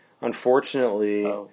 Unfortunately